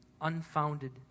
unfounded